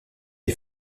des